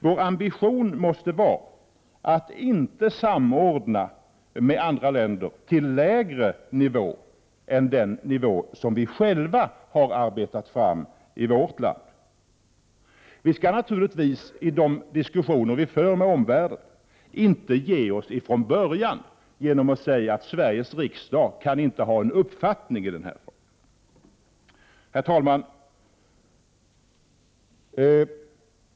Vår ambition måste vara att inte samordna med andra länder till lägre nivå än den nivå som vi själva har arbetat fram i vårt land. Vi skall naturligtvis i de diskussioner vi för med omvärlden inte ge oss från början genom att säga att Sveriges riksdag inte kan ha en uppfattning i den här frågan. Herr talman!